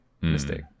mistake